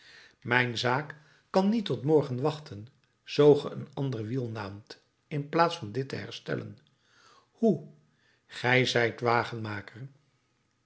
mijn zaak kan niet tot morgen wachten zoo ge een ander wiel naamt in plaats van dit te herstellen hoe ge zijt